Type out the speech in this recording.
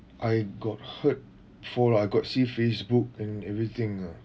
I got hurt before lah I got see Facebook and everything ah